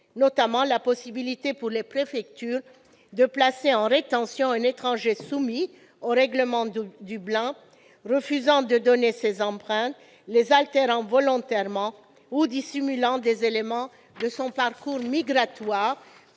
notamment à la possibilité, pour les préfectures, de placer en rétention un étranger soumis au règlement de Dublin refusant de donner ses empreintes, les altérant volontairement ou dissimulant des éléments de son parcours migratoire,